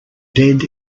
dead